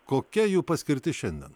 kokia jų paskirtis šiandien